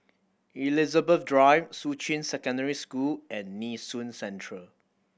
Elizabeth Drive Shuqun Secondary School and Nee Soon Central